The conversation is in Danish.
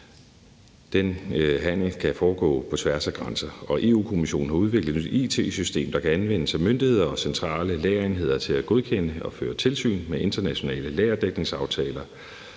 Den handel kan foregå på tværs af grænser. Europa-Kommissionen har udviklet et nyt it-system, der kan anvendes af myndigheder og centrale lagerenheder til at godkende og føre tilsyn med internationale lagerdækningsaftaler.